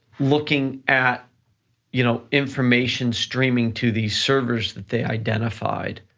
looking at you know information streaming to these servers that they identified